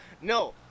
no